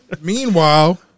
Meanwhile